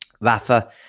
Rafa